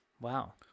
Wow